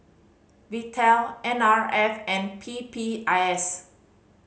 Vital N R F and P P I S